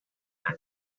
here